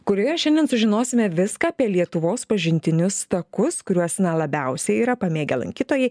kurioje šiandien sužinosime viską apie lietuvos pažintinius takus kuriuos labiausiai yra pamėgę lankytojai